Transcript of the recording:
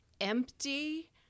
empty